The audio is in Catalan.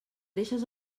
deixes